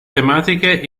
tematiche